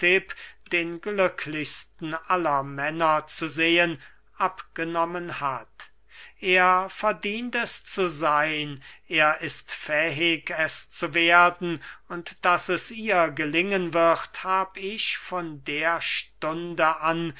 den glücklichsten aller männer zu sehen abgenommen hat er verdient es zu seyn er ist fähig es zu werden und daß es ihr gelingen wird hab ich von der stunde an